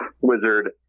wizard